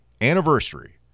anniversary